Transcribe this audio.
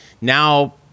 now